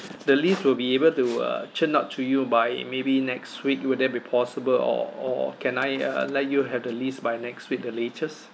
the list will be able to uh churn out to you by maybe next week will that be possible or or can I uh let you have the list by next week the latest